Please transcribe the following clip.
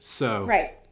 Right